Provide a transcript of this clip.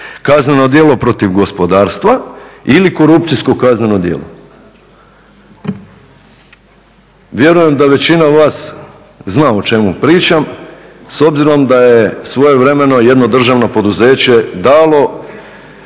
kazneno djelo protiv gospodarstva ili korupcijsko kazneno djelo. Vjerujem da većina vas zna o čemu pričam s obzirom da je svojevremeno jedno državno poduzeće dalo